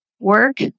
Work